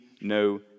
no